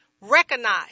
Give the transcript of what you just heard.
recognize